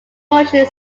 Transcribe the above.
motion